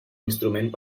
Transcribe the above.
instrument